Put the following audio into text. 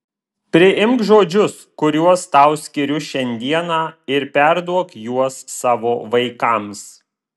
priimk žodžius kuriuos tau skiriu šiandieną ir perduok juos savo vaikams